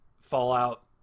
Fallout